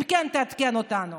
אם כן, תעדכן אותנו.